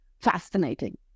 fascinating